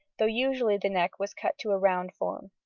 though usually the neck was cut to a round form.